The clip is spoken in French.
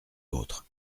autres